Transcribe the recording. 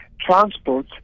Transport